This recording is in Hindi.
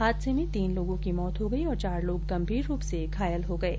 हादसे में तीन लोगों की मौत हो गई और चार लोग गंभीर रूप से घायल हो गये